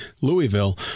Louisville